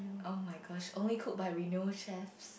oh-my-gosh only cooked by renowned chefs